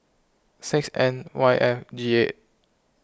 six N Y F G eight